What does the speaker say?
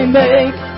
make